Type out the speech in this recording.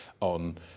on